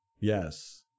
Yes